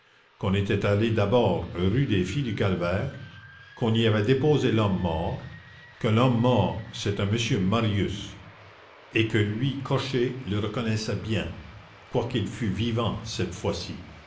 qu'on était allé d'abord rue des filles du calvaire qu'on y avait déposé l'homme mort que l'homme mort c'était monsieur marius et que lui cocher le reconnaissait bien quoiqu'il fût vivant cette fois-ci